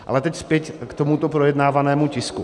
Ale teď zpět k tomuto projednávanému tisku.